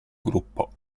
gruppo